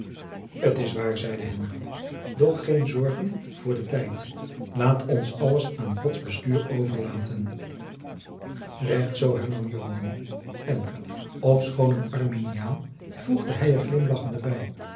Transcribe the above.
t is waar zeide hendrik doch geen zorgen voor den tijd laat ons alles aan gods bestuur over laten recht zoo hernam joan en ofschoon een arminiaan voegde hij er glimlagchende bij